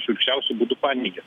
šiurkščiausiu būdu paneigė